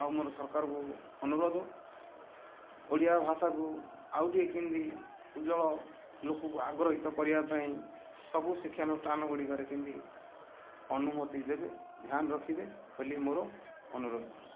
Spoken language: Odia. ଆଉ ମୋର ସରକାରଙ୍କୁ ଅନୁରୋଧ ଓଡ଼ିଆ ଭାଷାକୁ ଆଉ ଟିକେ କେମିତି ଉଜ୍ଜ୍ୱଳ ଲୋକକୁ ଆଗ୍ରହିତ କରିବା ପାଇଁ ସବୁ ଶିକ୍ଷାନୁଷ୍ଠାନ ଗୁଡ଼ିକରେ କେମିତି ଅନୁମତି ଦେବେ ଧ୍ୟାନ ରଖିବେ ବୋଲି ମୋର ଅନୁରୋଧ